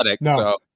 no